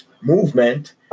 movement